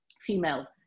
female